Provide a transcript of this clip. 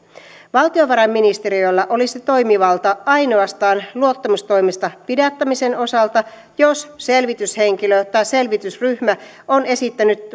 valtiovarainministeriöllä olisi toimivalta ainoastaan luottamustoimesta pidättämisen osalta jos selvityshenkilö tai selvitysryhmä on esittänyt